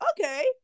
okay